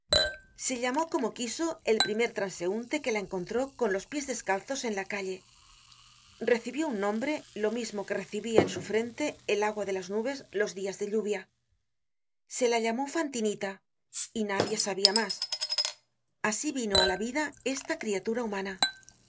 se llamó como quiso el primer transeunte que la encontró con ios pies descalzos en la calle recibió un nombre lo mismo que recibia en su frente el agua de las nubes los días de lluvia se la llamó fantinita y nadie sabia mas asi vino á la vida esta criatura humana a